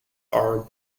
are